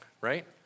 right